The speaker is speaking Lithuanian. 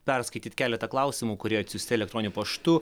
perskaityt keletą klausimų kurie atsiųsti elektroniniu paštu